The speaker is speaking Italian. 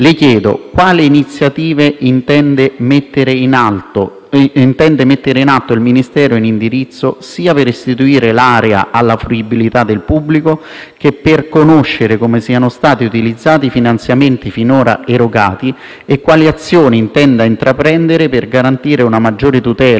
intenda mettere in atto il Ministero in indirizzo, sia per restituire l'area alla fruibilità del pubblico, che per conoscere come siano stati utilizzati i finanziamenti finora erogati e quali azioni intenda intraprendere per garantire una maggiore tutela, manutenzione e conservazione non solo dell'area archeologica di Sibari,